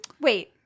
Wait